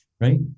right